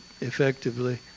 effectively